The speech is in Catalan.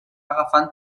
agafant